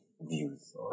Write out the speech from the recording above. views